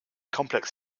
complex